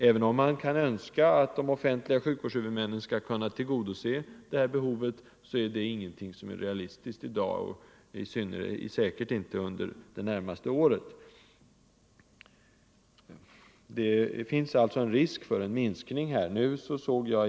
Även om man kan önska att de offentliga sjukvårdshuvudmännen skall kunna tillgodose behovet, är det inte realistiskt att tro det i dag och säkert inte under det närmaste året. Det finns alltså risk för en minskning.